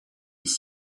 les